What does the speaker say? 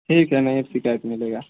ठीक है नहीं शिकायत मिलेगा